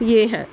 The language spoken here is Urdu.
یہ ہے